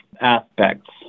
aspects